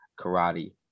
karate